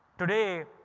today,